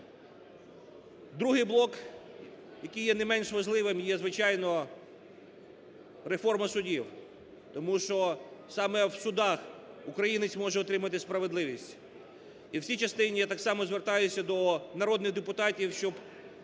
Другий блок, який є не менш важливим, є, звичайно, реформа судів. Тому що саме в судах українець може отримати справедливість. І в цій частині я так само звертаюся до народних депутатів, щоб